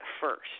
first